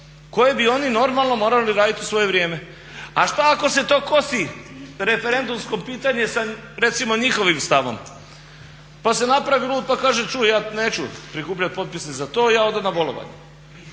koje bi oni normalno morati raditi u svoje vrijeme? A šta ako se to kosi referendumsko pitanje sa recimo njihovim stavom pa se napravilo, pa kaže čuj ja neću prikupljat potpise za to, ja odo na bolovanje.